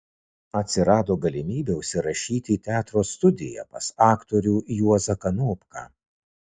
atsirado galimybė užsirašyti į teatro studiją pas aktorių juozą kanopką